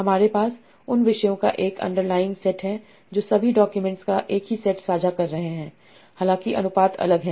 हमारे पास उन विषयों का एक अंडरलाइंग सेट है जो सभी डॉक्यूमेंट्स एक ही सेट साझा कर रहे हैं हालांकि अनुपात अलग हैं